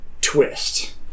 Twist